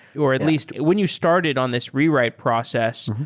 or at least, when you started on this rewrite process,